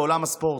מעולם הספורט.